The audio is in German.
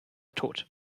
tot